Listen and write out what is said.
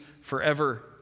forever